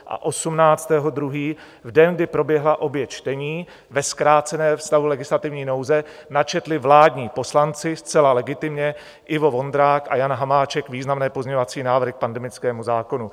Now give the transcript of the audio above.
A 18. 2., v den, kdy proběhla obě čtení, ve zkráceném stavu legislativní nouze načetli vládní poslanci zcela legitimně, Ivo Vondrák a Jan Hamáček, významné pozměňovací návrhy k pandemickému zákonu.